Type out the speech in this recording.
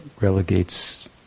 relegates